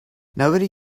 nobody